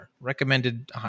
recommended